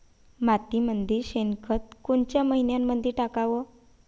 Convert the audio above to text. मातीमंदी शेणखत कोनच्या मइन्यामंधी टाकाव?